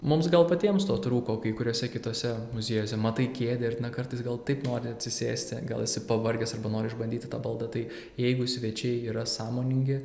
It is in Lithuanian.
mums gal patiems to trūko kai kuriuose kituose muziejuose matai kėdę ir kartais gal taip nori atsisėsti gal esi pavargęs arba nori išbandyti tą baldą tai jeigu svečiai yra sąmoningi